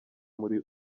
muri